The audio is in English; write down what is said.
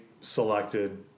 selected